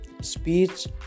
speech